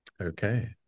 Okay